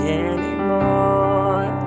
anymore